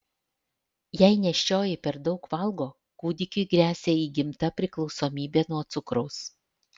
jei nėščioji per daug valgo kūdikiui gresia įgimta priklausomybė nuo cukraus